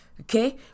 Okay